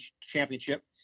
championship